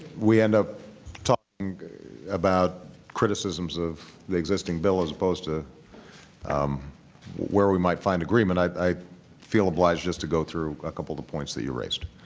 we end up talking about criticisms of the existing bill as opposed to where we might find agreement, i feel obliged just to go through a couple of the points that you raised.